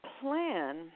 plan